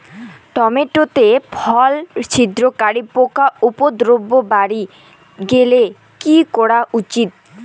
Tomato তে ফল ছিদ্রকারী পোকা উপদ্রব বাড়ি গেলে কি করা উচিৎ?